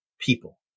people